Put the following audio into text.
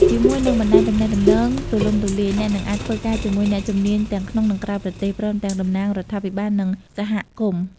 ជាមួយនឹងបណ្ដាញទំនាក់ទំនងទូលំទូលាយ អ្នកនឹងអាចធ្វើការជាមួយអ្នកជំនាញទាំងក្នុង និងក្រៅប្រទេស ព្រមទាំងតំណាងរដ្ឋាភិបាល និងសហគមន៍។